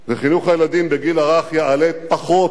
חינוך הילדים בגיל הרך יעלה פחות,